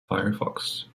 firefox